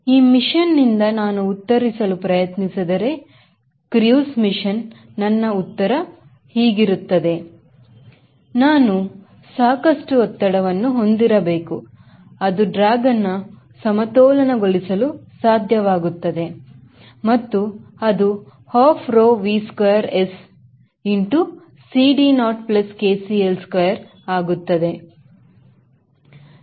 ಈ ಮಿಷನ್ ನಿಂದ ನಾನು ಉತ್ತರಿಸಲು ಪ್ರಯತ್ನಿಸಿದರೆ cruise ಮಿಷನ್ ನನ್ನ ಉತ್ತರ ಹೀಗಿರುತ್ತದೆನಾನು ಸಾಕಷ್ಟು ಒತ್ತಡವನ್ನು ಹೊಂದಿರಬೇಕುಅದು ಡ್ರ್ಯಾಗನ್ನ ಸಮತೋಲನ ಗೊಳಿಸಲು ಸಾಧ್ಯವಾಗುತ್ತದೆ ಮತ್ತು ಅದು half rho V square S into CD naught plus K CL square